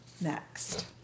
next